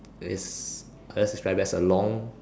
is unless is right as a long